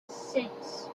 six